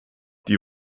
die